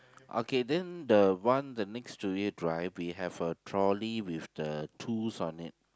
okay then the one the next to it right we have a trolley with the tools on it